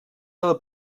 del